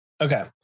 Okay